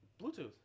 Bluetooth